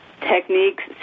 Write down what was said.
techniques